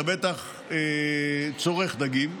אתה בטח צורך דגים.